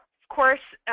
of course,